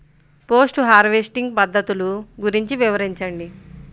Post harvesting పద్ధతులు గురించి వివరించండి?